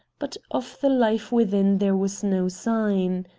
but of the life within there was no sign.